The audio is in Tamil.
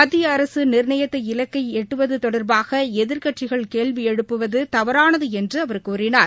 மத்தியஅரசுநிர்ணயித்த இலக்கைஎட்டுவதுதொடர்பாகஎதிர்க்கட்சிகள் கேள்விஎழுப்புவதுதவறானதுஎன்றுஅவர் கூறினார்